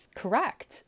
correct